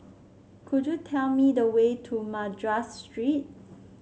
could you tell me the way to Madras Street